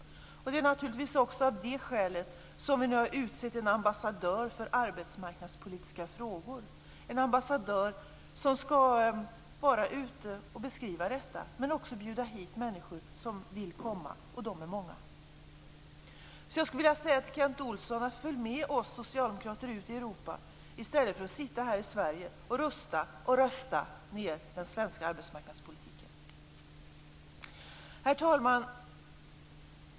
Det är naturligtvis också av det skälet som vi nu har utsett en ambassadör för arbetsmarknadspolitiska frågor - en ambassadör som skall vara ute och beskriva politiken, men också bjuda hit människor som vill komma. De är många. Jag skulle vilja säga följande till Kent Olsson: Följ med oss socialdemokrater ute i Europa i stället för att sitta här i Sverige och rusta och rösta ned den svenska arbetsmarknadspolitiken. Herr talman!